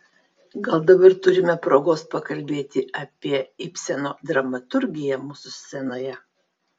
gal dabar turime progos pakalbėti apie ibseno dramaturgiją mūsų scenoje